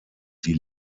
die